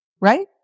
right